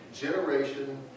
Generation